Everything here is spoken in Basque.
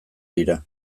dira